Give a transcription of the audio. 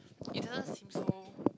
it doesn't seem so